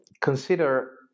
consider